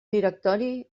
directori